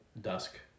dusk